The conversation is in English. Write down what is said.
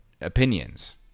opinions